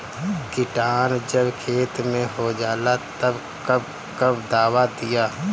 किटानु जब खेत मे होजाला तब कब कब दावा दिया?